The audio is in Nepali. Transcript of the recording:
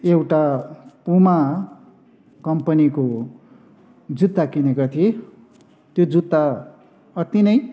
एउटा पुमा कम्पनीको जुत्ता किनेको थिएँ त्यो जुत्ता अति नै